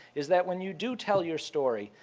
is that when you do tell your story,